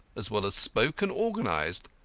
as well as spoke and organised.